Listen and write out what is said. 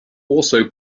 also